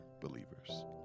believers